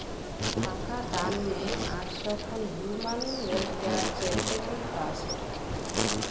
ᱴᱟᱠᱟ ᱫᱟᱱ ᱢᱮ ᱟᱴᱥᱚ ᱠᱷᱚᱱ ᱦᱤᱭᱩᱢᱮᱱ ᱳᱭᱮᱞᱯᱷᱮᱭᱟᱨ ᱪᱮᱨᱤᱴᱮᱵᱚᱞ ᱴᱨᱟᱥᱴ